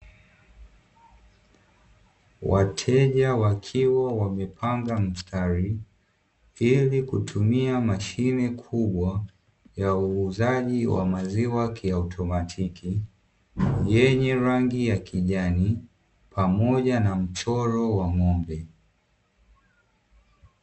Wateja wakiwa wamepanga mstari ili kutumia mashine kubwa, ya uuzaji wa maziwa kautomatiki, yenye rangi ya kijani, pamoja na mchoro wa ng'ombe.